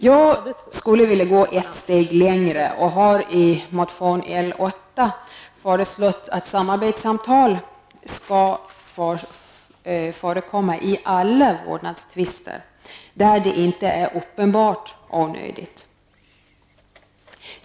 Jag skulle vilja gå ett steg längre, och jag har i motion L8 föreslagit att samarbetssamtal skall förekomma i alla vårdnadstvister där det inte är uppenbart onödigt.